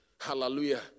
hallelujah